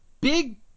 big